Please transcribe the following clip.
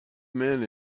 men